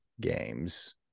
games